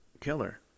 killer